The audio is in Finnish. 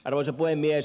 arvoisa puhemies